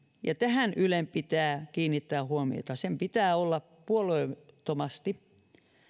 ja tähän ylen pitää kiinnittää huomiota sen pitää olla puolueettomasti